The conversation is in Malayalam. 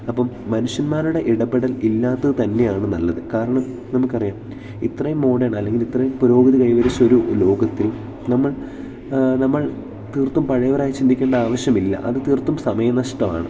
അപ്പം മനുഷ്യന്മാരുടെ ഇടപെടൽ ഇല്ലാത്തത് തന്നെയാണ് നല്ലത് കാരണം നമുക്ക് അറിയാം ഇത്രയും മോഡേൺ അല്ലെങ്കിൽ ഇത്രയും പുരോഗതി കൈവരിച്ചൊരു ലോകത്തിൽ നമ്മൾ നമ്മൾ തീർത്തും പഴയവരായി ചിന്തിക്കേണ്ട ആവശ്യമില്ല അത് തീർത്തും സമയം നഷ്ട്ടമാണ്